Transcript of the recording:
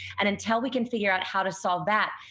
and until we can figure out how to solve that,